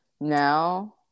now